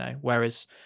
Whereas